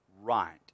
right